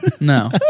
no